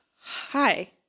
Hi